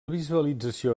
visualització